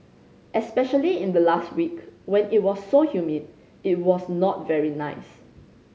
especially in the last week when it was so humid it was not very nice